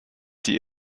die